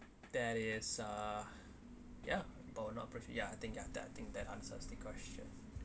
that is uh ya but were not prefer ya I think ya that I think that answers the question